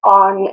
on